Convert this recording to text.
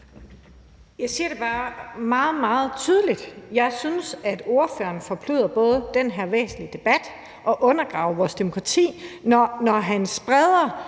Jeg vil bare sige meget, meget tydeligt, at jeg synes, at hr. Lars Boje Mathiesen både forkludrer den her væsentlige debat og undergraver vores demokrati, når han spreder